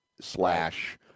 slash –